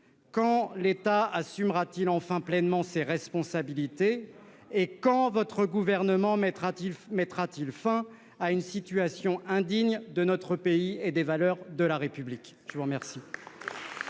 Quand l'État assumera-t-il enfin pleinement ses responsabilités ? Quand votre Gouvernement mettra-t-il fin à une situation indigne de notre pays et des valeurs de la République ? La parole